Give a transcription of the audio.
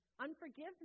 Unforgiveness